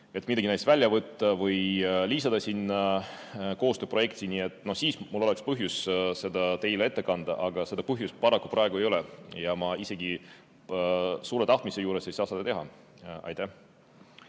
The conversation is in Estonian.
et midagi välja võtta või lisada sinna koostööprojekti. [Kui oleks], siis mul oleks põhjust seda teile ette kanda, aga seda põhjust praegu paraku ei ole ja ma isegi suure tahtmise juures ei saa seda teha. Aitäh!